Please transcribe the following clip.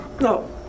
no